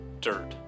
dirt